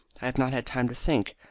have not had time to think.